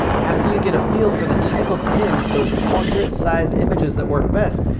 after you get a feel for the type of pins, those portrait-size images that work best,